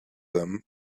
them